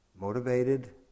motivated